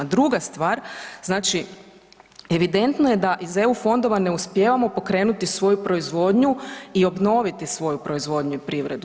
Druga stvar, znači evidentno je da iz EU fondova ne uspijevamo pokrenuti svoju proizvodnju i obnoviti svoju proizvodnju i privredu.